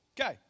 Okay